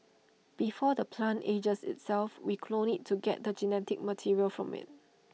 before the plant ages itself we clone IT to get the genetic material from IT